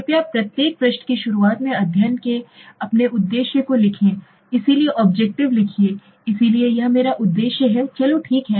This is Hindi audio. कृपया प्रत्येक पृष्ठ की शुरुआत में अध्ययन के अपने उद्देश्य को लिखें इसलिए ऑब्जेक्टिव लिखिए इसलिए यह मेरा उद्देश्य है चलो ठीक है